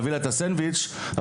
להביא לה את הסנדוויץ׳ לבית הספר,